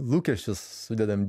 lūkesčius sudedam